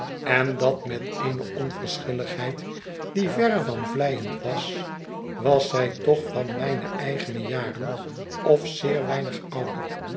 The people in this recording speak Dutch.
en dat met eene onverschilligheid die verre van vleiendwas was zij toch van mijne eigene jaren of zeer weinig ouder